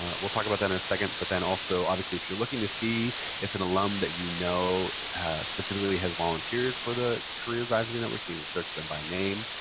ah we'll talk about that in a second. but then also, obviously, if you're looking to see if an alumni that you know specifically has volunteered for the career advisory network, you can search them by name.